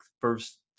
first